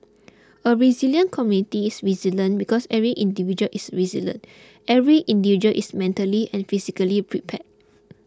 a resilient community is resilient because every individual is resilient every individual is mentally and physically prepare